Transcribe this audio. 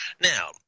Now